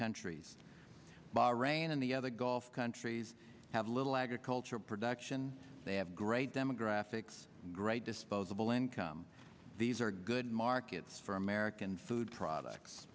countries bahrain and the other gulf countries have little agricultural production they have great demographics great disposable income these are good markets for american food products